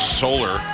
solar